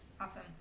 Awesome